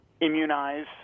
immunize